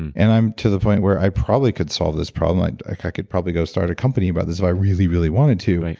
and i'm to the point where i probably could solve this problem. i i could probably go start a company about this if i really, really wanted to,